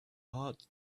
heart